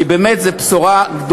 כי זו באמת בשורה גדולה.